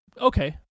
Okay